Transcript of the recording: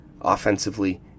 offensively